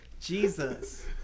jesus